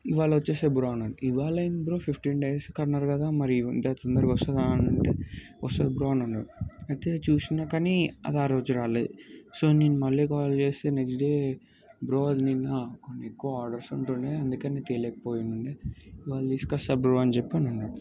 ఇవాళ వచ్చేస్తా బ్రో అన్నాడు ఇవాళ ఏంది బ్రో ఫిఫ్టీన్ డేస్కి అన్నారు కదా మరి ఇంత తొందరగా వస్తుందా అనంటే వస్తుంది బ్రో అని అన్నాడు అయితే చూస్తున్న కానీ అది ఆ రోజు రాలేదు సో నేను మళ్ళీ కాల్ చేస్తే నెక్స్ట్ డే బ్రో అది నిన్న కొన్ని ఎక్కువ ఆర్డర్స్ ఉంటుండే అందుకే నేను తేలేకపోయిండే ఇవాళ తీసుకస్తాను బ్రో అని చెప్పి అన్నాడు